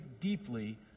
deeply